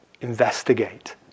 investigate